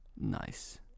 Nice